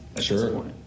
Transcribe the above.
sure